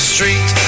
Street